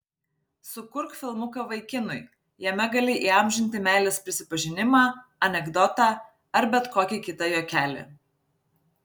sukurk filmuką vaikinui jame gali įamžinti meilės prisipažinimą anekdotą ar bet kokį kitą juokelį